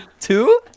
Two